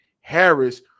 Harris